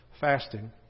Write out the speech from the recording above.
fasting